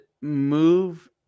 move